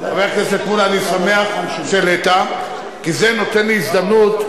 אני שמח שהעלית זאת כי זה נותן לי הזדמנות,